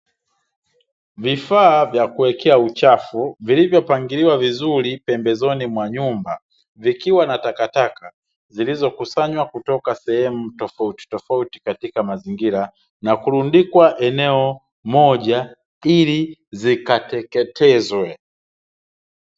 Vifaa vya kuwekea uchafu, vilivyopangiliwa vizuri pembezoni mwa nyumba, vikiwa na takataka zilizokusanywa kutoka sehemu tofautitofauti katika mazingira, na kurundikwa eneo moja ili zikateketezwe.